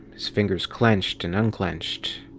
his fingers clenched and unclenched,